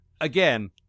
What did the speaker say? again